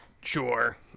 sure